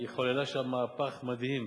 היא חוללה שם מהפך מדהים,